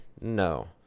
no